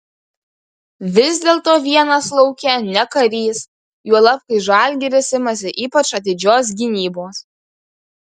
vis dėlto vienas lauke ne karys juolab kai žalgiris imasi ypač atidžios gynybos